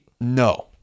No